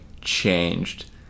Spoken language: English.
changed